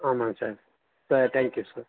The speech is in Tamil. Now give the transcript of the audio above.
ஆமாங்க sir sir thank you sir